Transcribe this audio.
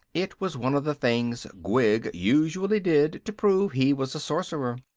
it was one of the things gwig usually did to prove he was a sorcerer.